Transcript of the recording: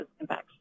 impacts